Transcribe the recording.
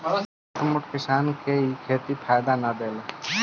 छोट मोट किसान के इ खेती फायदा ना देला